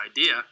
idea